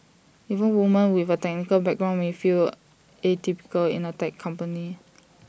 even women with A technical background may feel atypical in A tech company